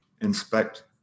inspect